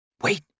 Wait